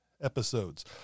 Episodes